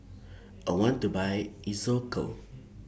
I want to Buy Isocal